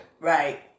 Right